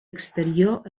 exterior